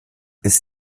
ist